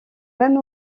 même